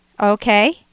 Okay